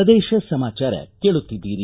ಪ್ರದೇಶ ಸಮಾಚಾರ ಕೇಳುತ್ತಿದ್ದೀರಿ